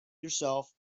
yourself